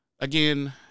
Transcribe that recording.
Again